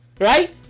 right